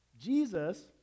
Jesus